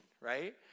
right